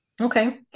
Okay